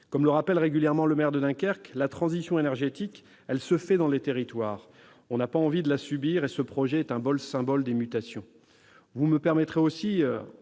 Comme le rappelle régulièrement le maire de Dunkerque, la transition énergétique se fait dans les territoires. On n'a pas envie de la subir, et ce projet un beau symbole des mutations